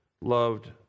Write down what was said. loved